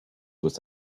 was